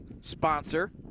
sponsor